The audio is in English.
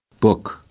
Book